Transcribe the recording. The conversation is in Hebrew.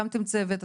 הקמתם צוות?